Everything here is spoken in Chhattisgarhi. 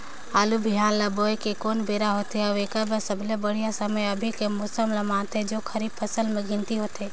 आलू बिहान ल बोये के कोन बेरा होथे अउ एकर बर सबले बढ़िया समय अभी के मौसम ल मानथें जो खरीफ फसल म गिनती होथै?